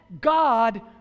God